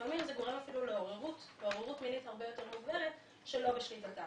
לפעמים זה גורם אפילו לעוררות מינית הרבה יותר מוגברת שלא בשליטתה.